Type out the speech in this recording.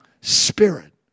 spirit